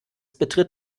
betritt